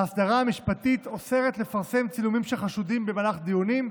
ההסדרה המשפטית אוסרת לפרסם צילומים של חשודים במהלך דיונים,